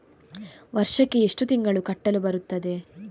ವರ್ಷಕ್ಕೆ ಎಷ್ಟು ತಿಂಗಳು ಕಟ್ಟಲು ಬರುತ್ತದೆ?